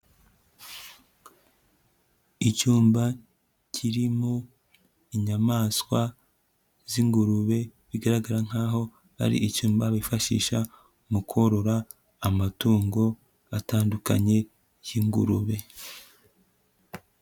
Icyumba kirimo inyamaswa z'ingurube, bigaragara nk'aho ari icyubma bifashisha mu korora amatungo atandukanye y'ingurube.